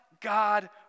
God